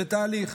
זה תהליך.